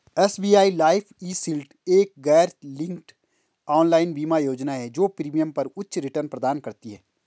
SBI Life eShield एक गैरलिंक्ड online बीमा योजना है जो प्रीमियम पर उच्च रिटर्न प्रदान करती है